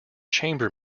chamber